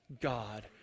God